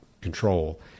control